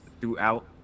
throughout